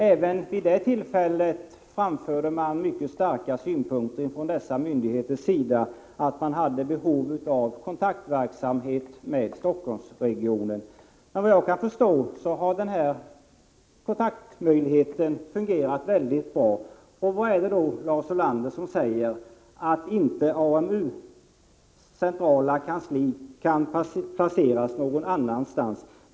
Även vid det tillfället betonades starkt från dessa myndigheters sida behovet av kontakter med Stockholmsregionen. Och vad jag kan förstå har kontakterna fungerat väldigt bra. Vad är det då, Lars Ulander, som säger att AMU:s centrala kansli inte kan placeras någon annanstans?